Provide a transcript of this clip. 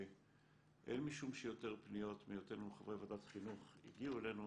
הן משום שיותר פניות בהיותנו חברי ועדת חינוך הגיעו אלינו,